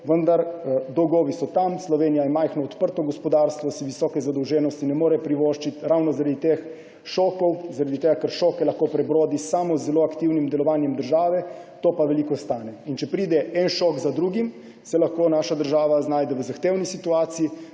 vendar dolgovi so tam, Slovenija je majhno, odprto gospodarstvo, si visoke zadolženosti ne more privoščiti ravno zaradi teh šokov. Zaradi tega ker šoke lahko prebrodi samo z zelo aktivnim delovanjem države, to pa veliko stane. In če pridejo en šok za drugim, se lahko naša država znajde v zahtevni situaciji.